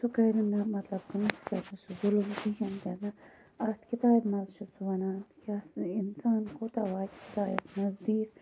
سُہ کَرِ نہٕ تمس پیٚٹھ سُہ ظُلُم کِہیٖنۍ تہِ نہٕ اتھ کِتابہ مَنٛز چھُ سُہ وَنان اِنسان کوٗتاہ واتہِ خۄدایَس نَذدیٖک